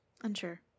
unsure